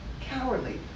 cowardly